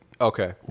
Okay